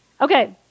Okay